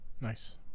Nice